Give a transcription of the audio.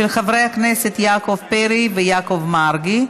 של חברי הכנסת יעקב פרי ויעקב מרגי.